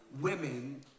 women